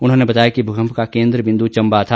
उन्होंने बताया कि भूकंप का केंद्र बिंद् चम्बा था